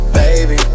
baby